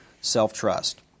self-trust